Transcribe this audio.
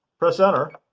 press enter.